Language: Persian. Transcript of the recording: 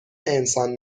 انسان